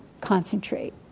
concentrate